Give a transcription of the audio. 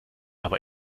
aber